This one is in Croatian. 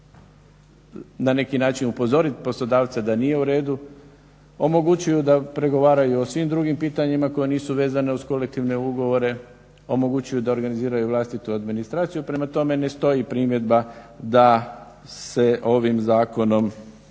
na neki način upozoriti poslodavca da nije u redu omogućuju da pregovaraju o svim drugim pitanjima koja nisu vezane uz kolektivne ugovore, omogućuju da organiziraju vlastitu administraciju. Prema tome, ne stoji primjedba da se ovim zakonom onemogućava